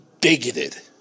bigoted